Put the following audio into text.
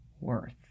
worth